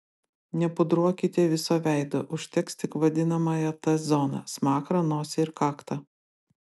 nepudruokite viso veido užteks tik vadinamąją t zoną smakrą nosį ir kaktą